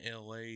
LA